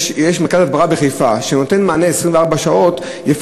יש מרכז הדברה בחיפה שנותן מענה 24 שעות ביממה,